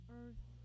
earth